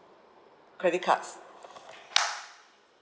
credit cards